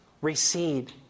recede